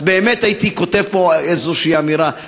הייתי כותב פה איזושהי אמירה.